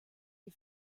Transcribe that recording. les